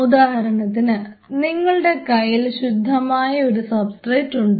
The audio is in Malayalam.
ഉദാഹരണത്തിന് നിങ്ങളുടെ കയ്യിൽ ശുദ്ധമായ ഒരു സബ്സ്ട്രേറ്റ് ഉണ്ട്